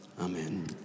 Amen